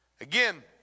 Again